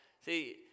See